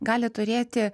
gali turėti